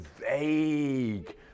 vague